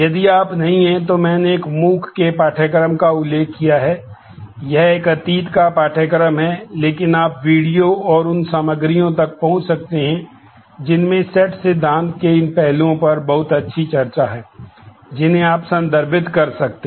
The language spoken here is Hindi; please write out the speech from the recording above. यदि आप नहीं हैं तो मैंने एक MOOC के पाठ्यक्रम का उल्लेख किया है यह एक अतीत का पाठ्यक्रम है लेकिन आप वीडियो और उन सामग्रियों तक पहुंच सकते हैं जिनमें सेट सिद्धांत के इन पहलुओं पर बहुत अच्छी चर्चा है जिन्हें आप संदर्भित कर सकते हैं